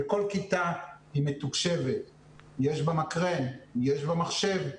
כל כיתה היא מתוקשבת, יש בה מקרן, יש בה מחשב,